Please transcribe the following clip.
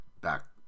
back